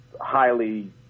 highly